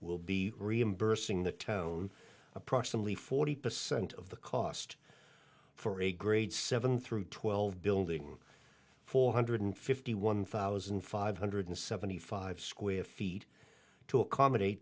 will be reimbursing the town approximately forty percent of the cost for a grade seven through twelve building four hundred fifty one thousand five hundred seventy five square feet to accommodate